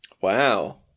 Wow